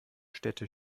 städte